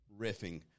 riffing